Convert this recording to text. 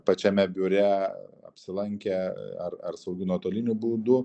pačiame biure apsilankę ar ar saugiu nuotoliniu būdu